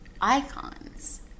icons